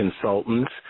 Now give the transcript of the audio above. consultants